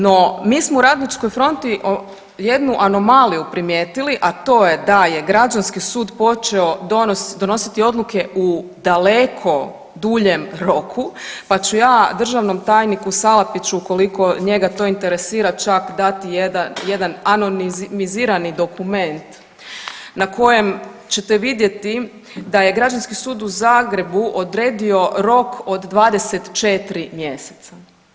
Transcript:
No, mi smo u Radničkoj fronti jednu anomaliju primijetili, a to je da je Građanski sud počeo donositi odluke u daleko duljem roku, pa ću ja državnom tajniku Salapiću ukoliko to njega interesira čak dati jedan anonimizirani dokument na kojem ćete vidjeti, da je Građanski sud u Zagrebu odredio rok od 24 mjeseca.